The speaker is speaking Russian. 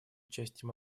участие